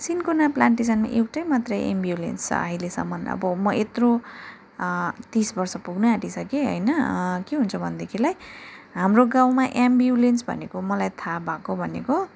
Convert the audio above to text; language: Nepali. सिन्कोना प्लान्टेशनमा एउटै मात्र एम्ब्युलेन्स छ अहिलेसम्म अब म यत्रो तिस वर्ष पुग्नु आटिसकेँ होइन के हुन्छ भनेदेखिलाई हाम्रो गाउँमा एम्ब्युलेन्स भनेको मलाई थाहा भएको भनेको